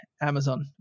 Amazon